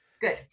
Good